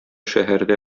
шәһәрдә